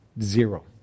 zero